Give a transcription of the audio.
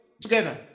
together